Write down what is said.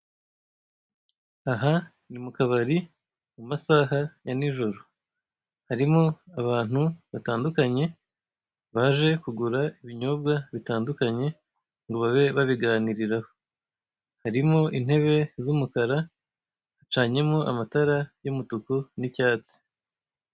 Aha ni mu kabari mu masaha ya n'ijoro, harimo abantu batandunkanye baje kugura ibinyobwa bitandukanye ngo babe babiganiriraho, harimo intebe z'umukara, hacanyemo amatara y'umutuku n'icyatsi.